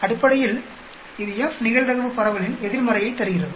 அடிப்படையில் இது F நிகழ்தகவு பரவலின் எதிர்மறையைத் தருகிறது